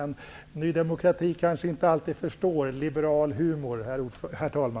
Ny demokrati kanske inte alltid förstår liberal humor, herr talman!